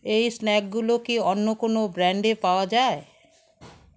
এই স্ন্যাকগুলো কি অন্য কোনো ব্র্যান্ডে পাওয়া যায়